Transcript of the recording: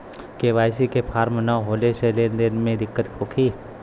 KYC के form न होले से लेन देन में दिक्कत होखी?